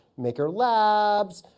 maker labs,